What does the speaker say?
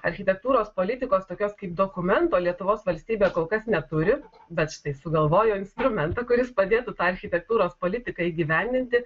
architektūros politikos tokios kaip dokumento lietuvos valstybė kol kas neturi bet štai sugalvojo instrumentą kuris padėtų tą architektūros politiką įgyvendinti